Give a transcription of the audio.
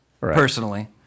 personally